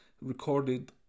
recorded